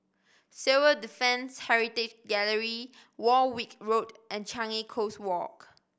Civil Defence Heritage Gallery Warwick Road and Changi Coast Walk